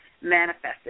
manifested